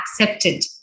accepted